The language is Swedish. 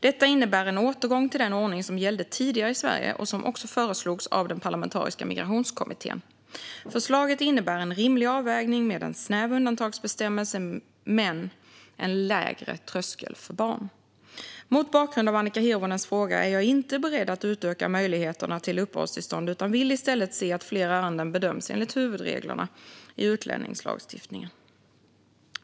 Detta innebär en återgång till den ordning som gällde tidigare i Sverige och som också föreslogs av den parlamentariska Migrationskommittén. Förslaget innebär en rimlig avvägning med en snäv undantagsbestämmelse men en lägre tröskel för barn. Mot bakgrund av Annika Hirvonens fråga är jag inte beredd att utöka möjligheterna till uppehållstillstånd utan vill i stället se att fler ärenden bedöms enligt huvudreglerna i utlänningslagstiftningen.